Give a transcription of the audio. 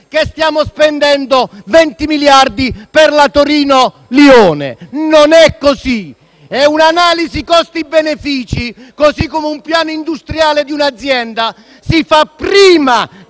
che stiamo spendendo 20 miliardi per la Torino-Lione: non è così. E una analisi costi-benefici, così come il piano industriale di un'azienda, si fa prima